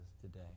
today